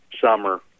summer